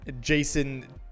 Jason